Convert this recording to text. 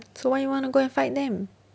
so why you want go and fight them